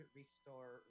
restore